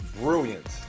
brilliant